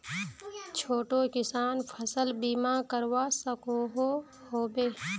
छोटो किसान फसल बीमा करवा सकोहो होबे?